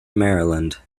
maryland